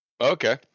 okay